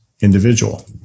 individual